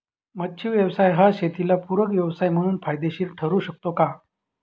मच्छी व्यवसाय हा शेताला पूरक व्यवसाय म्हणून फायदेशीर ठरु शकतो का?